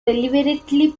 deliberately